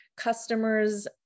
customers